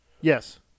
Yes